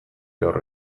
gaur